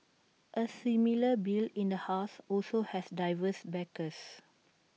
A similar bill in the house also has diverse backers